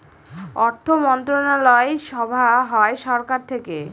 অর্থমন্ত্রণালয় সভা হয় সরকার থেকে